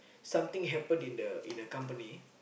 something happen in the in the company